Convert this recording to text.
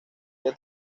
que